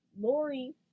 Lori